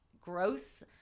gross